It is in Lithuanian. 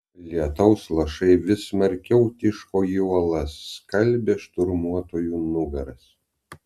lietaus lašai vis smarkiau tiško į uolas skalbė šturmuotojų nugaras